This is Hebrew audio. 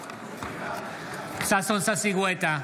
בעד ששון ששי גואטה,